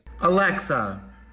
Alexa